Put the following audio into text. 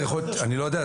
אני לא יודע.